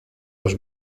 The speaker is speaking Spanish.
dos